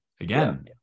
Again